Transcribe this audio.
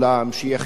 שיהיה חינם,